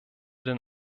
den